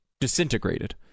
disintegrated